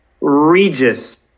Regis